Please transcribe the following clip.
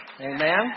Amen